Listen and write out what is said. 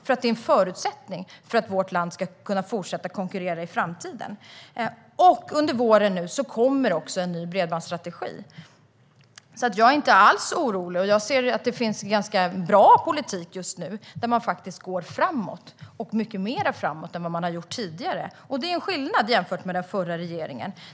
Det är ju en förutsättning för att vårt land ska kunna fortsätta att konkurrera i framtiden. Under våren kommer också en digitaliseringsstrategi. Jag är inte alls orolig, för vi har en bra politik där vi går framåt mycket mer än vad den tidigare regeringen gjorde.